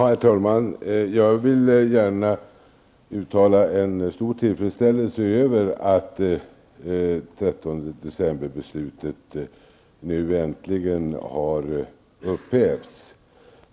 Herr talman! Jag vill gärna uttala min stora tillfedsställelse över att 13 december-beslutet äntligen är upphävt.